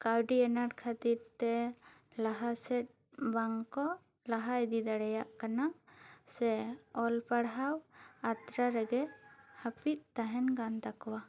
ᱠᱟᱹᱣᱰᱤ ᱟᱱᱟᱴ ᱠᱷᱟᱹᱛᱤᱨ ᱛᱮ ᱞᱟᱦᱟ ᱥᱮᱫ ᱵᱟᱝ ᱠᱚ ᱞᱟᱦᱟ ᱤᱫᱤ ᱫᱟᱲᱮᱭᱟᱜ ᱠᱟᱱᱟ ᱥᱮ ᱚᱞ ᱯᱟᱲᱦᱟᱣ ᱟᱛᱨᱟ ᱨᱮᱜᱮ ᱦᱟᱹᱯᱤᱫ ᱛᱟᱦᱮᱱ ᱠᱟᱱ ᱛᱟᱠᱚᱣᱟ